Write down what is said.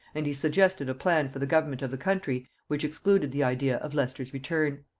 and he suggested a plan for the government of the country which excluded the idea of leicester's return.